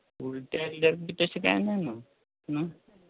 उल्टी आयल्या तशें कांय जायना ना